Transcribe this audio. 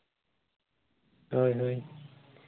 ᱦᱳᱭ ᱦᱳᱭ